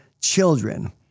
children